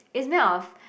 it's made of